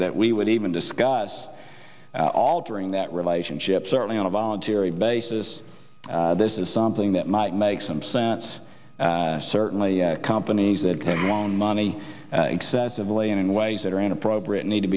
that we would even discuss altering that relationship certainly on a voluntary basis this is something that might make some sense certainly companies that own money excessively in ways that are inappropriate need to